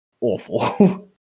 awful